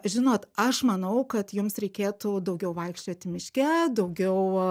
žinot aš manau kad jums reikėtų daugiau vaikščioti miške daugiau